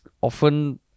often